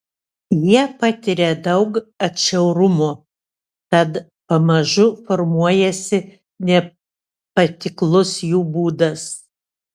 jie patiria daug atšiaurumo tad pamažu formuojasi nepatiklus jų būdas